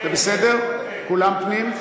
זה בסדר, כולם פנים?